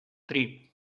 три